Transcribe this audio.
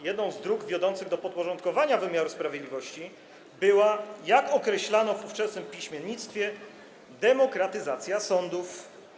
Jedną z dróg wiodących do podporządkowania wymiaru sprawiedliwości była - jak to określano w ówczesnym piśmiennictwie - demokratyzacja sądów.